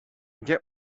get